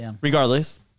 Regardless